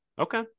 Okay